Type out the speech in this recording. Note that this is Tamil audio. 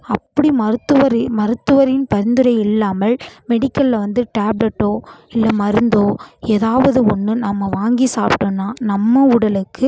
அப்படி மருத்துவரி மருத்துவரின் பரிந்துரை இல்லாமல் மெடிக்கலில் வந்து டேப்லட்டோ இல்லை மருந்தோ எதாவது ஒன்று நம்ம வாங்கி சாப்பிட்டோனா நம்ம உடலுக்கு